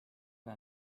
ole